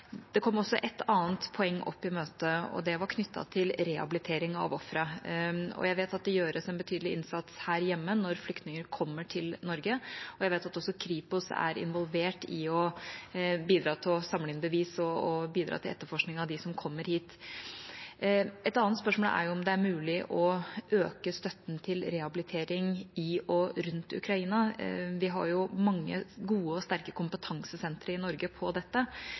Det kom også et annet poeng opp i møtet, og det var knyttet til rehabilitering av ofre. Og jeg vet at det gjøres en betydelig innsats her hjemme når flyktninger kommer til Norge. Og jeg vet at også Kripos er involvert i å bidra til å samle inn bevis og å bidra til etterforskning av dem som kommer hit. Et annet spørsmål er om det er mulig å øke støtten til rehabilitering i og rundt Ukraina. Vi har mange gode og sterke kompetansesentre i Norge for dette.